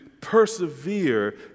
persevere